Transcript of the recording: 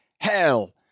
hell